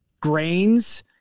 grains